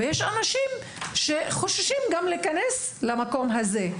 ויש אנשים שחוששים להיכנס למקום הזה.